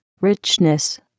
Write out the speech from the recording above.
richness